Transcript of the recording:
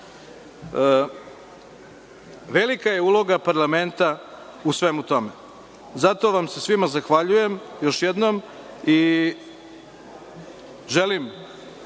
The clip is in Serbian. donose. Velika je uloga parlamenta u svemu tome, zato vam se svima zahvaljujem još jednom i želim